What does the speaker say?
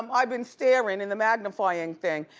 um i've been starin' in the magnifying thing,